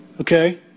Okay